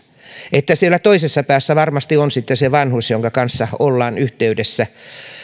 että siellä toisessa päässä varmasti on sitten se vanhus jonka kanssa ollaan yhteydessä